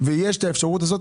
ויש האפשרות הזו